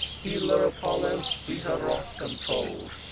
healer apollo! be her wrath controll'd,